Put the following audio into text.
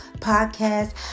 Podcast